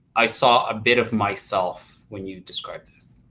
i saw a bit of myself when you described this.